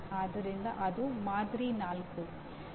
ಆದ್ದರಿಂದ ಅದು ಮಾದರಿ 4